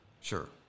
sure